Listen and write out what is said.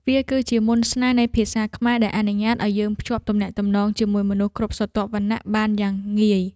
វាគឺជាមន្តស្នេហ៍នៃភាសាខ្មែរដែលអនុញ្ញាតឱ្យយើងភ្ជាប់ទំនាក់ទំនងជាមួយមនុស្សគ្រប់ស្រទាប់វណ្ណៈបានយ៉ាងងាយ។